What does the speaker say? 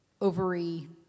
ovary